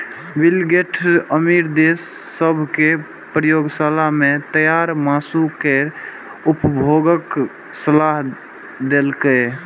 bill Gates अमीर देश सभ कें प्रयोगशाला मे तैयार मासु केर उपभोगक सलाह देलकैए